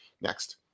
Next